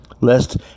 Lest